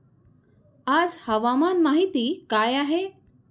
आज हवामान माहिती काय आहे?